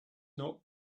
not